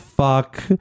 fuck